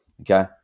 okay